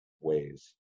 ways